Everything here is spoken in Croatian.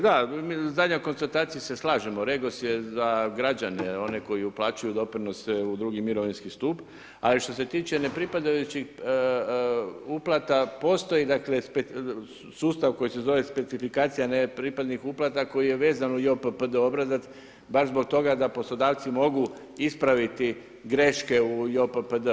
Da, o zadnjoj konstataciji se slažemo, REGOS je za građane, oni koji uplaćuju doprinose u 2 mirovinski stup, a što se tiče nepripradajućih uplata, postoji sustav koji se zove specifikacija nepripadnih uplata koji je vezan u JOPPD obrazac baš zbog toga da poslodavci mogu ispraviti greške u JOPPD.